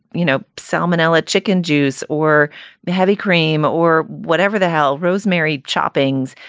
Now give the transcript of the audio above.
you know, salmonella, chicken juice or but heavy cream or whatever the hell. rosemary shopping's.